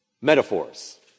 metaphors